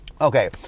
Okay